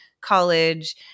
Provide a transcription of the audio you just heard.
college